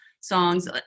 songs